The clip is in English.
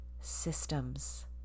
systems